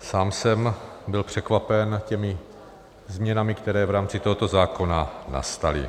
Sám jsem byl překvapen těmi změnami, které v rámci tohoto zákona nastaly.